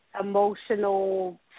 emotional